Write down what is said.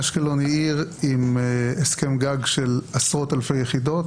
אשקלון היא עיר עם הסכם גג של עשרות אלפי יחידות,